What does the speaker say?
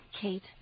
Kate